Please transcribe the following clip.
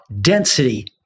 density